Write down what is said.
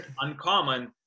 uncommon